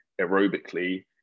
aerobically